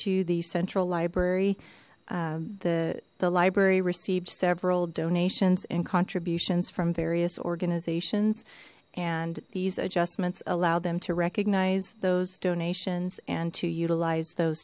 to the central library the the library received several donations and contributions from various organizations and these adjustments allow them to recognize those donations and to utilize those